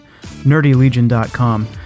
nerdylegion.com